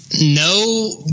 No